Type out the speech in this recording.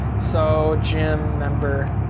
so gym member.